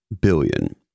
billion